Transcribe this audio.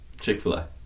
Chick-fil-A